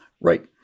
Right